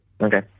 Okay